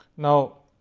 now,